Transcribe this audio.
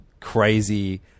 crazy